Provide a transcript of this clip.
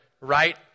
right